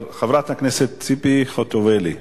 חברת הכנסת ציפי חוטובלי,